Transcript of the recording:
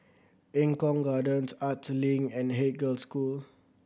Eng Kong Gardens Arts Link and Haig Girls' School